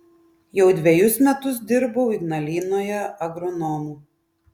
jau dvejus metus dirbau ignalinoje agronomu